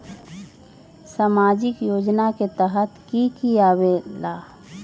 समाजिक योजना के तहद कि की आवे ला?